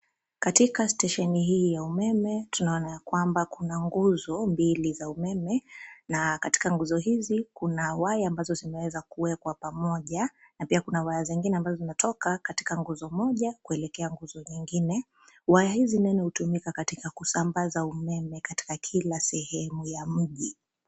Katika stesheni hii ya umeme tunaona yakwamba kuna nguzo mbili za umeme na katika nguzo hizi kuna nyaya ambazo zimeweza kuwekwa kwa pamoja na pia kuna nyaya ambazo zimetoka katika nguzo moja kuelekea nguzo nyingine, waya hizi hutumika katika kusambaza umeme katika kila sehemu ya mji.